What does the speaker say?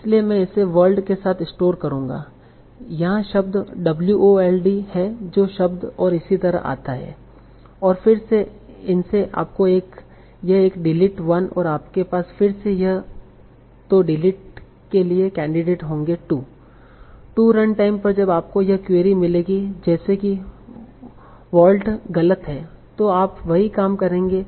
इसलिए मैं इसे world के साथ स्टोर करूंगा यहाँ शब्द wold है जो शब्द और इसी तरह आता है और फिर से इनसे आपको यह डिलीट 1 और आपके पास फिर से या तो डिलीट के लिए कैंडिडेट होंगे 2 रन टाइम पर जब आपको यह क्वेरी मिलेगी जैसे कि wotld गलत है तो आप वही काम करेंगे